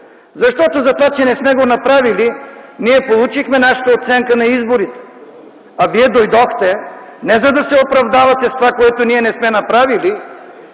Защото затова, че не сме го направили, ние получихме нашата оценка на изборите, а вие дойдохте не за да се оправдавате с това, което ние не сме направили,